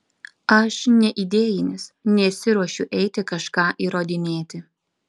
aš neidėjinis nesiruošiu eiti kažką įrodinėti